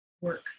work